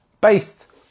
based